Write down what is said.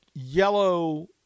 Yellow